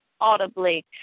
audibly